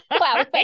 wow